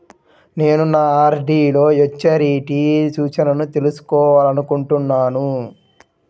నేను నా ఆర్.డీ లో మెచ్యూరిటీ సూచనలను తెలుసుకోవాలనుకుంటున్నాను